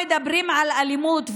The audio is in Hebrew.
מדברים על אלימות,